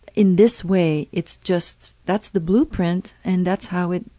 in this way, it's just that's the blueprint and that's how it